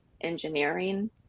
engineering